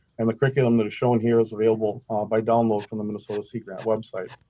and the curriculum that are shown here is available by download from the minnesota sea grant website.